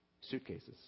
Suitcases